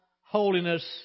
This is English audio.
holiness